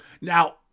Now